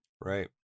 right